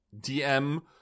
DM